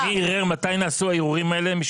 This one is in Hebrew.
מתי נעשו הערעורים האלה ומי ערער?